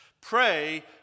pray